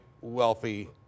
wealthy